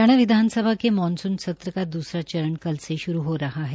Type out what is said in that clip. हरियाणा विधानसभा का मानसून सत्र का दूसरा चरण कल से श्रू हो रहा है